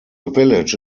village